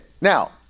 now